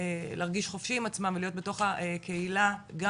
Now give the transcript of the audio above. להרגיש חופשי עם עצמם להיות בתוך הקהילה גם